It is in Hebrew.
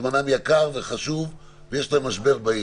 זמנם יקר וחשוב, ויש להם משבר בעיר.